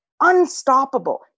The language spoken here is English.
unstoppable